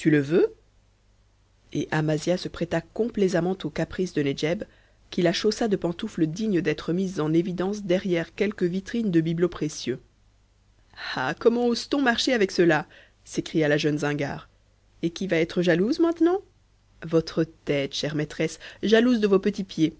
le veux et amasia se prêta complaisamment au caprice de nedjeb qui la chaussa de pantoufles dignes d'être mises en évidence derrière quelque vitrine de bibelots précieux ah comment ose t on marcher avec cela s'écria la jeune zingare et qui va être jalouse maintenant votre tête chère maîtresse jalouse de vos petits pieds